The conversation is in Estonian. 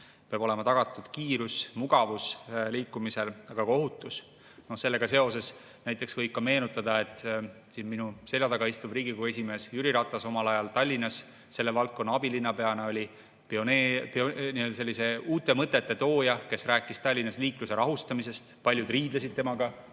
Peab olema tagatud kiirus, mugavus liikumisel, aga ka ohutus. Sellega seoses võib ka meenutada, et siin minu selja taga istuv Riigikogu esimees Jüri Ratas omal ajal Tallinnas selle valdkonna abilinnapeana oli pioneer, selliste uute mõtete tooja, kes rääkis Tallinnas liikluse rahustamisest. Paljud riidlesid temaga,